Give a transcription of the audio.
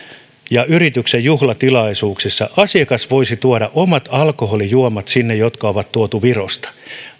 ja yrityksen juhlatilaisuuksissa asiakas voisi tuoda sinne omat alkoholijuomat jotka on tuotu virosta